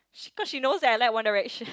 cause she knows that I like One Direction